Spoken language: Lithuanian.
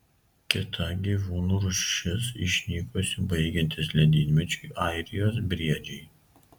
kita gyvūnų rūšis išnykusi baigiantis ledynmečiui airijos briedžiai